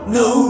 no